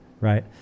right